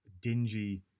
dingy